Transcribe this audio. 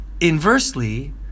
inversely